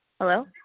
Hello